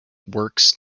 works